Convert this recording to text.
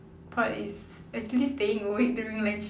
part is actually staying awake during lec~